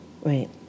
Right